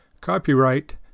Copyright